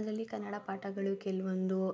ಅದರಲ್ಲಿ ಕನ್ನಡ ಪಾಠಗಳು ಕೆಲವೊಂದು